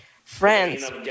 Friends